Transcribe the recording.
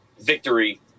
victory